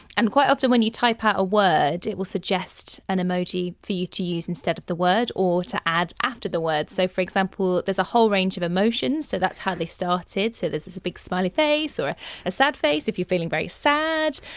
and quite often when you type out a a word it will suggest an emoji for you to use instead of the word or to add after the word. so, for example, there's a whole range of emotions, so that's how they started, so there's a big smiley face or a sad face, if you're feeling very sad.